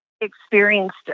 experienced